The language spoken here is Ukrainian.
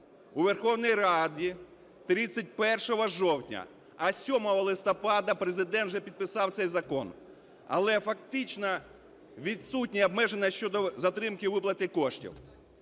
у Верховній Раді 31 жовтня. А 7 листопада Президент вже підписав цей закон. Але, фактично, відсутнє обмеження щодо затримки виплати коштів.